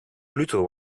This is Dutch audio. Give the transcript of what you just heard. pluto